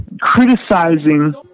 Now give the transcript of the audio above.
criticizing